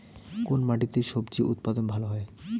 কোন মাটিতে স্বজি উৎপাদন ভালো হয়?